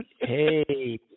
Hey